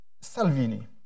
Salvini